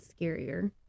Scarier